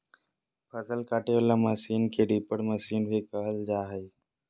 फसल काटे वला मशीन के रीपर मशीन भी कहल जा हइ